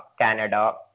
Canada